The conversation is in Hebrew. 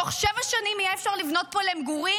בתוך שבע שנים יהיה אפשר לבנות פה למגורים,